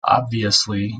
obviously